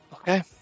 Okay